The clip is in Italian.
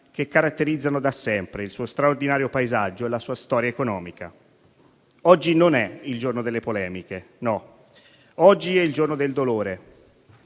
che caratterizzano da sempre il suo straordinario paesaggio e la sua storia economica. Oggi non è il giorno delle polemiche: oggi è il giorno del dolore.